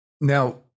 Now